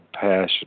passion